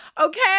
okay